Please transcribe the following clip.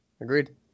agreed